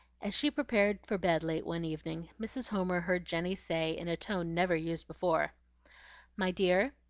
as she prepared for bed late one evening, mrs. homer heard jenny say in a tone never used before my dear,